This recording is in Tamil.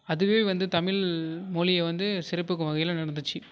அதுவே வந்து தமிழ் மொழியை வந்து சிறப்பிக்கும் வகையில் நடந்துச்சு